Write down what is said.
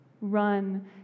Run